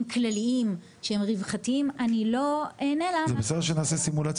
כללים שהם נוגעים לרווחה אני לא אענה למה.